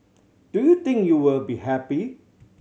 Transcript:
do you think you will be happy